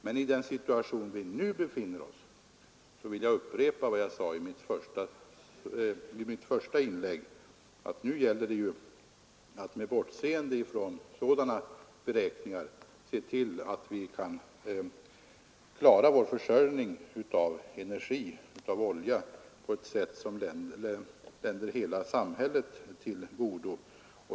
Men jag vill upprepa vad jag sade i mitt första inlägg, att i den situation där vi nu befinner oss gäller det att med bortseende från sådana beräkningar se till att vi kan klara vår försörjning av olja på ett sätt som kommer hela samhället till godo.